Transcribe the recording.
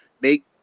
make